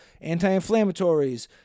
anti-inflammatories